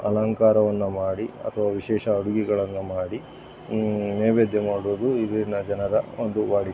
ಅಲಂಕಾರವನ್ನು ಮಾಡಿ ಅಥವಾ ವಿಶೇಷ ಅಡುಗೆಗಳನ್ನು ಮಾಡಿ ನೈವೇದ್ಯ ಮಾಡುವುದು ಇಲ್ಲಿನ ಜನರ ಒಂದು ವಾಡಿಕೆ